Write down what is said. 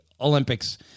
Olympics